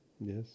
Yes